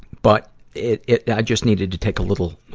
but it, it, i just needed to take a little, ah,